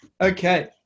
Okay